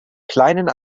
kleinen